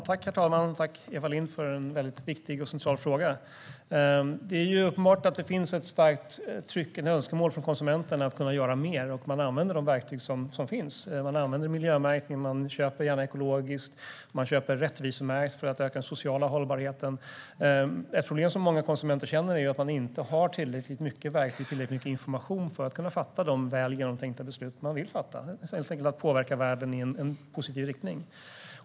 Herr talman! Tack, Eva Lindh, för en viktig och central fråga. Det är uppenbart att det finns ett starkt tryck och önskemål från konsumenterna att kunna göra mer. Man använder de verktyg som finns. Man använder miljömärkning, man köper gärna ekologiskt och man köper rättvisemärkt för att öka den sociala hållbarheten. Ett problem som många konsumenter känner är att de inte har tillräckligt mycket verktyg, inte tillräckligt mycket information för att kunna fatta de väl genomtänkta beslut som man vill fatta, helt enkelt för att påverka världen i positiv riktning.